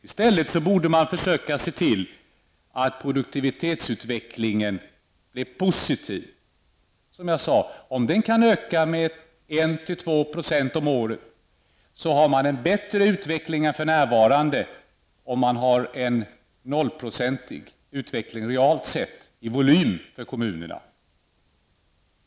I stället borde man som sagt försöka se till att produktivitetsutvecklingen blir positiv. Om den kan öka med 1--2 % om året, blir det en bättre utveckling än för närvarande då man har en 0 procentig utveckling realt sett i volym i kommunerna.